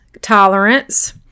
Tolerance